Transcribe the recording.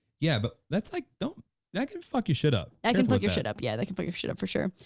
yeah, but that's like, don't that can fuck your shit up. that can fuck your shit up, yeah that can fuck your shit up for sure.